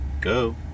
Go